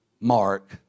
mark